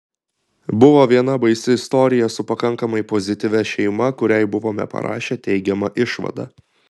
buvo viena baisi istorija su pakankamai pozityvia šeima kuriai buvome parašę teigiamą išvadą